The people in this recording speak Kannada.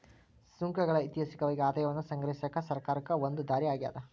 ಸುಂಕಗಳ ಐತಿಹಾಸಿಕವಾಗಿ ಆದಾಯವನ್ನ ಸಂಗ್ರಹಿಸಕ ಸರ್ಕಾರಕ್ಕ ಒಂದ ದಾರಿ ಆಗ್ಯಾದ